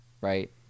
right